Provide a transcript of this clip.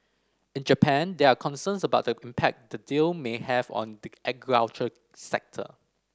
in Japan there are concerns about the impact the deal may have on the agriculture sector